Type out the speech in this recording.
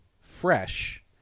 fresh